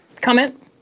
Comment